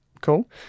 cool